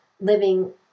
living